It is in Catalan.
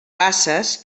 basses